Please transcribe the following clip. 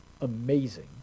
amazing